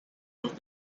los